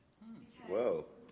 Whoa